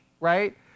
right